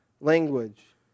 language